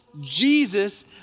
Jesus